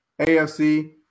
AFC